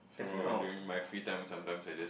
so when during my free time sometimes I just